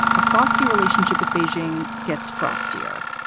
a frosty relationship with beijing gets frostier.